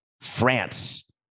France